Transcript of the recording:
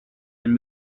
and